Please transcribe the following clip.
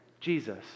Jesus